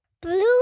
Blue